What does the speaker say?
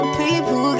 people